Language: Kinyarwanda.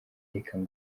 reka